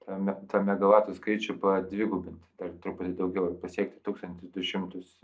tą me tą megavatų skaičių padvigubinti dar truputį daugiau ir pasiekti tūkstantį du šimtus